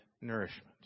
nourishment